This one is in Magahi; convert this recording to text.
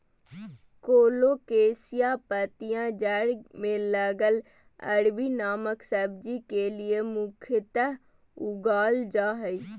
कोलोकेशिया पत्तियां जड़ में लगल अरबी नामक सब्जी के लिए मुख्यतः उगाल जा हइ